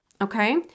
okay